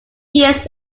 years